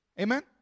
Amen